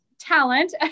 talent